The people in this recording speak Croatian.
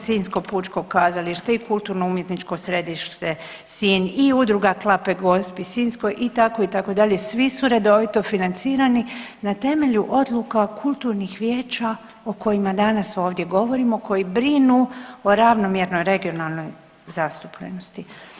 Sinjsko pučko kazalište i Kulturno-umjetničko središte Sinj i Udruga Klape Gospi Sinjskoj, i tako, itd., svi su redovito financirani na temelju odluka kulturnih vijeća o kojima danas ovdje govorimo, koji brinu o ravnomjernoj regionalnoj zastupljenosti.